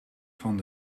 van